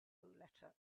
letter